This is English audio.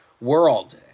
world